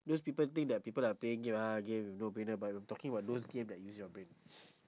those people think that people are playing game ah game no-brainer but I'm talking about those game that use your brain